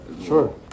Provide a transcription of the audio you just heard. Sure